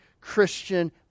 Christian